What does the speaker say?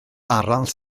arall